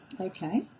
Okay